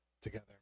together